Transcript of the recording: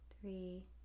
three